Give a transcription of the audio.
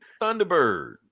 Thunderbird